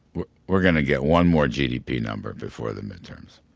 we're we're going to get one more gdp number before the midterms.